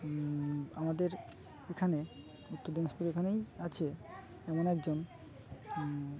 আমাদের এখানে উত্তর দিনাজপুর এখানেই আছে এমন একজন